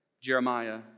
Jeremiah